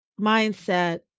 mindset